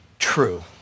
true